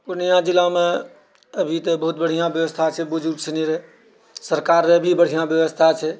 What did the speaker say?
पूर्णियाँ जिलामे अभी तऽ बहुत बढ़िआँ व्यवस्था छै बुजुर्ग सनि रऽ सरकार रऽभी बढ़िआँ व्यवस्था छै